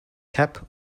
kapp